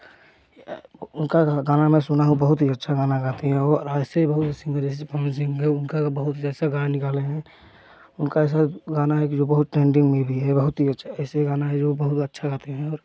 उनका गाना मैं सुना हूँ बहुत ही अच्छा गाना गाती हैं वह और ऐसे ही वजह से पवन सिंह उनका बहुत जैसा गाना निकाला हूँ उनका ऐसा गाना है जो बहुत ट्रेडिंग में भी है बहुत ही अच्छा ऐसे गाना है जो बहुत अच्छा गाते हैं